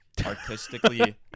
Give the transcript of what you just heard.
artistically